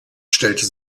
stellte